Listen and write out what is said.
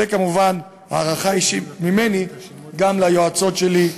וכמובן הערכה אישית ממני גם ליועצות שלי,